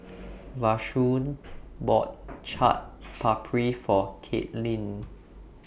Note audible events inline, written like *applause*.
*noise* Vashon bought Chaat Papri For Kaitlyn